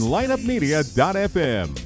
LineupMedia.fm